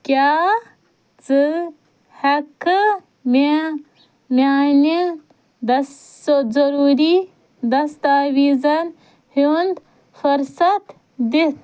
کیٛاہ ژٕ ہیٚکہِ کھا مےٚ میٛانہِ ضروٗری دستاویٖزَن ہیٛونٛد فہرست دِتھ